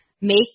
make